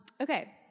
Okay